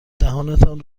دهانتان